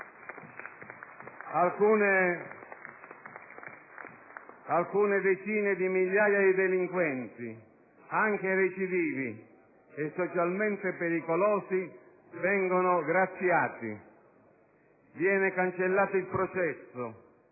Alcune decine di migliaia di delinquenti, anche recidivi e socialmente pericolosi, vengono graziati. Viene cancellato il processo,